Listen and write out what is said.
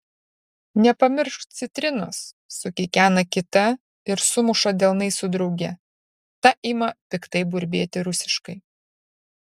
nepamiršk citrinos sukikena kita ir sumuša delnais su drauge ta ima piktai burbėti rusiškai